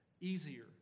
easier